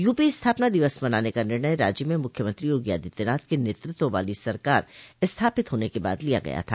UP स्थापना दिवस मनाने का निर्णय राज्य में मुख्यमंत्री योगी आदित्यनाथ के नेतृत्व वाली सरकार स्थापित होने के बाद लिया गया था